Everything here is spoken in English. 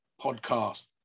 podcast